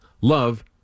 Love